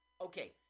Okay